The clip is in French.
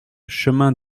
chemin